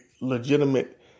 legitimate